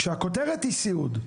כשהכותרת היא סיעוד,